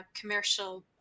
commercial